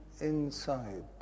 inside